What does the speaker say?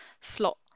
slot